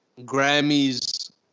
Grammys